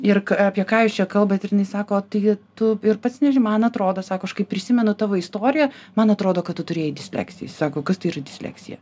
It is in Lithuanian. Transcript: ir apie ką jūs čia kalbat ir jinai sako o tai tu ir pats man atrodo sako aš kai prisimenu tavo istoriją man atrodo kad tu turėjai disleksiją jisai sako kas tai yra disleksija